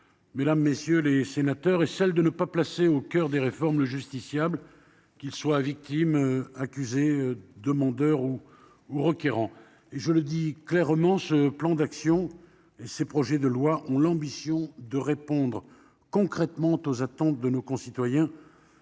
de ces habitudes est sans doute la pire : ne pas placer au coeur des réformes le justiciable, qu'il soit victime, accusé, demandeur ou requérant. Je le dis clairement, avec ce plan d'action et ces projets de loi, nous avons pour ambition de répondre concrètement aux attentes de nos concitoyens,